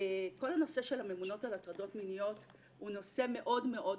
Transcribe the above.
כל הנושא של הממונות על הטרדות מיניות הוא נושא מאוד מאוד פרוץ.